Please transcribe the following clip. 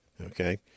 Okay